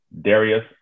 Darius